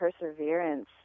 perseverance